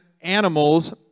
animals